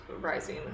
rising